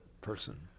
person